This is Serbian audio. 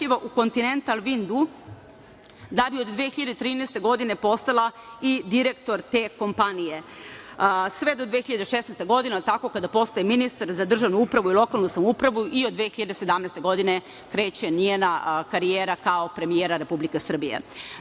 u Continental Wind da bi od 2013. godine postala i direktor te kompanije, sve do 2016. godine kada postaje ministar za državnu upravu i lokalnu samoupravu i od 2017. godine kreće njena karijera kao premijer Republike Srbije. Dakle,